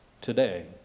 today